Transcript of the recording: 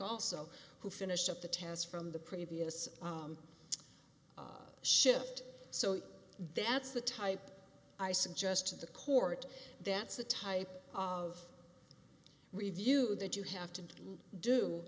also who finished up the tests from the previous shift so that's the type i suggest to the court that's the type of review that you have to do